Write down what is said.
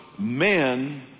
Men